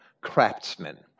craftsman